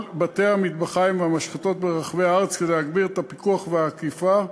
בתי-המטבחיים והמשחטות ברחבי הארץ כדי להגביר את הפיקוח והאכיפה.